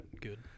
good